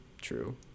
True